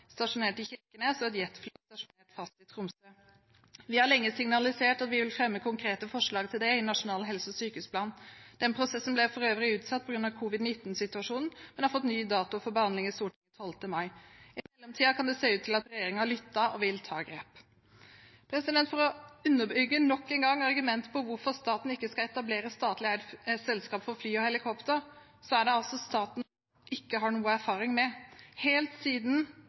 stasjonert i Kirkenes og et jetfly stasjonert fast i Tromsø. Vi har lenge signalisert at vi vil fremme konkrete forslag om det i Nasjonal helse- og sykehusplan. Det er en prosess som for øvrig ble utsatt på grunn av covid-19-situasjonen, men har fått ny dato for behandling i Stortinget den 12. mai. Det kan se ut til at regjeringen har lyttet og vil ta grep. For å underbygge nok en gang argumentet om hvorfor staten ikke skal etablere statlig eid selskap for fly og helikopter, er dette altså noe staten ikke har noen erfaring med. Helt siden